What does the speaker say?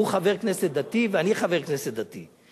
הוא חבר כנסת דתי ואני חבר כנסת דתי,